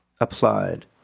applied